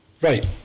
Right